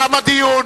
תם הדיון.